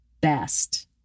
best